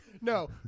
No